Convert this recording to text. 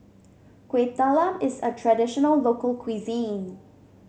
Kuih Talam is a traditional local cuisine